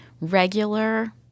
Regular